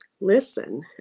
listen